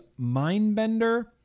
Mindbender